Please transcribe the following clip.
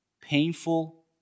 painful